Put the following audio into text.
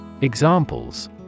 Examples